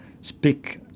speak